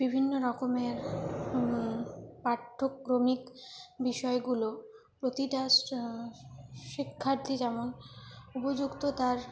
বিভিন্ন রকমের পাঠ্যক্রমিক বিষয়গুলো প্রতিটা শিক্ষার্থী যেমন উপযুক্ত তার